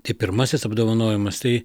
tai pirmasis apdovanojimas tai